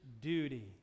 duty